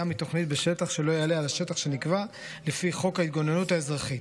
מתוכנית בשטח שלא יעלה על השטח שנקבע לפי חוק ההתגוננות האזרחית.